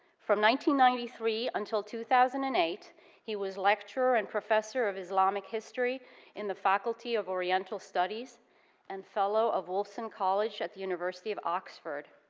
ninety ninety three until two thousand and eight he was lecturer and professor of islamic history in the faculty of oriental studies and fellow of olson college at the university of oxford.